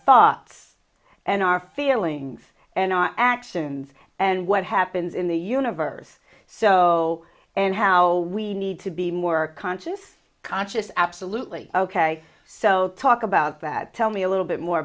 thoughts and our feelings and our actions and what happens in the universe so and how we need to be more conscious conscious absolutely ok so talk about that tell me a little bit more